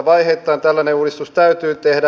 vaiheittain tällainen uudistus täytyy tehdä